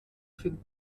finden